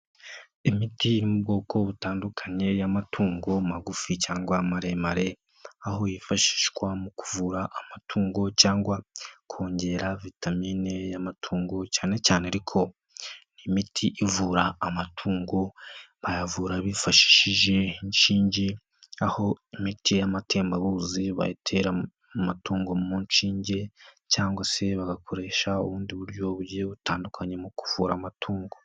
Imiti yo mu bwoko butandukanye y'amatungo magufi cyangwa maremare, aho yifashishwa mu kuvura amatungo cyangwa kongera vitamine y'amatungo. Cyane cyane ariko imiti ivura amatungo, bayavura bifashishije inshinge aho imiti amatembabuzi bayitera mu matungo mu nshinge cyangwa se bagakoresha ubundi buryo bugiye butandukanye mu kuvura amatungo.